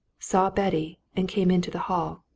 saw betty, and came into the hall.